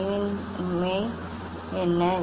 தெளிவின்மை என்ன